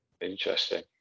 interesting